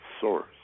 source